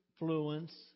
influence